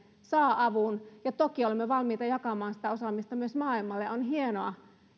saa avun ja toki olemme valmiita jakamaan sitä osaamista myös maailmalle on hienoa